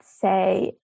say